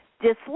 dislike